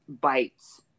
bites